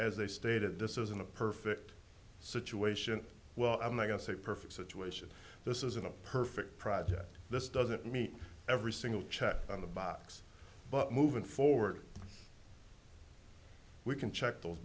as they stated this isn't a perfect situation well i mean i guess a perfect situation this isn't a perfect project this doesn't meet every single check on the box but moving forward we can check those